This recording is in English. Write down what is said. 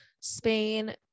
Spain